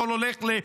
הכול הולך לקצבאות.